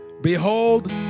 behold